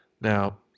Now